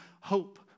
hope